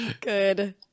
Good